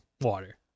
water